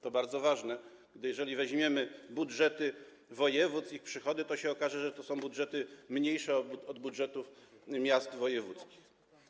To bardzo ważne, gdyż jeżeli spojrzymy na budżety województw, ich przychody, to się okaże, że te budżety są mniejsze od budżetów miast wojewódzkich.